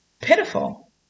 Pitiful